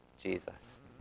Jesus